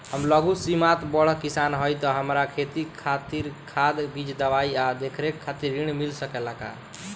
हम लघु सिमांत बड़ किसान हईं त हमरा खेती खातिर खाद बीज दवाई आ देखरेख खातिर ऋण मिल सकेला का?